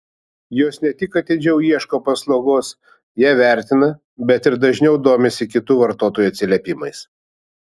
jos ne tik atidžiau ieško paslaugos ją vertina bet ir dažniau domisi kitų vartotojų atsiliepimais